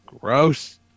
Gross